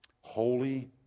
Holy